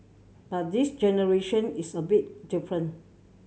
but this generation it's a bit different